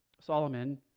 Solomon